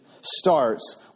starts